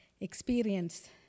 experience